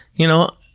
you know,